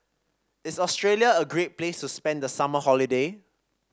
is Australia a great place to spend the summer holiday